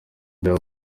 bya